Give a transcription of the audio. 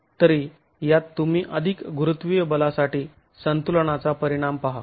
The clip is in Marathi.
तरी यात तुम्ही अधिक गुरुत्वीय बलासाठी संतुलनाचा परिणाम पहा